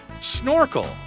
snorkel